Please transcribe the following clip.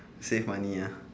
save money uh